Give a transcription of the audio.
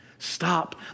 Stop